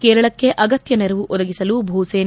ಕೇರಳಕ್ಕೆ ಅಗತ್ತ ನೆರವು ಒದಗಿಸಲು ಭೂಸೇನೆ